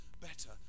better